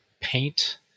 paint